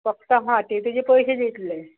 फक्त हाती तुज्या पयशें दितलें